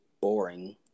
boring